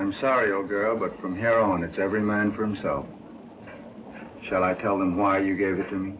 i'm sorry old girl but from here on it's every man for himself shall i tell him why you gave it to me